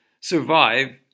survive